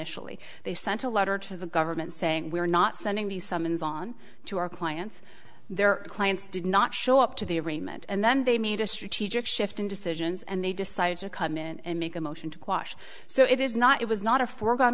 initially they sent a letter to the government saying we are not sending the summons on to our clients their clients did not show up to the arraignment and then they made a strategic shift in decisions and they decided to come in and make a motion to quash so it is not it was not a foregone